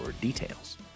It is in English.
details